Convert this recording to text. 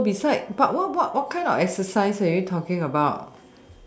so besides what what what kind of exercise are you talking about